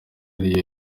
ariyo